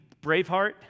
Braveheart